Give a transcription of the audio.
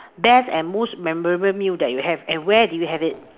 best and most memorable meal that you have and where did you have it